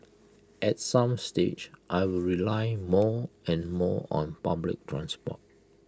at some stage I will rely more and more on public transport